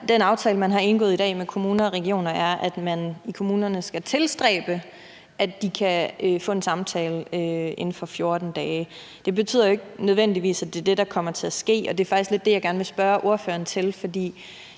den aftale, man har indgået i dag med kommuner og regioner, er, at man i kommunerne skal tilstræbe, at børn og unge kan få en samtale inden for 14 dage. Det betyder ikke nødvendigvis, at det er det, der kommer til at ske, og det er faktisk lidt det, jeg gerne vil spørge ordføreren til,